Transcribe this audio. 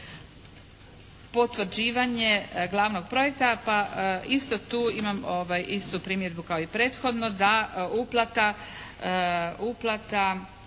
Potvrđivanje glavnog projekta. Pa isto tu imam istu primjedbu kao i prethodno da uplata,